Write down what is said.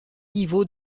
niveaux